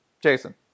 Jason